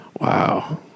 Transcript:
wow